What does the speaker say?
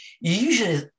Usually